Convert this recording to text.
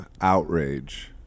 outrage